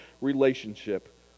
relationship